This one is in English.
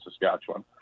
Saskatchewan